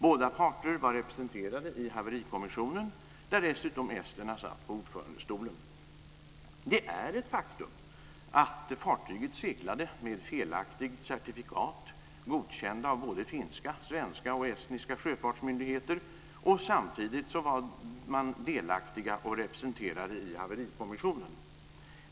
Båda parter var representerade i Haverikommissionen, där dessutom esterna satt på ordförandestolen. Det är ett faktum att fartyget seglade med felaktiga certifikat, godkända av finska, svenska och estniska sjöfartsmyndigheter. Samtidigt var de delaktiga och representerade i Haverikommissionen.